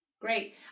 Great